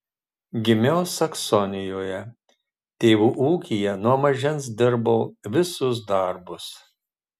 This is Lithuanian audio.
gimiau saksonijoje tėvų ūkyje nuo mažens dirbau visus darbus